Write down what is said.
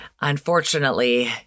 Unfortunately